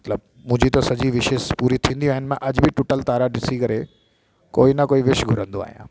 मतलब त मुंहिंजूं त सभु विशिस पूरियूं थींदियूं आहिनि अॼु बि टुटल तारा ॾिसी करे कोई न कोई विश घुरंदो आहियां